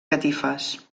catifes